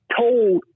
told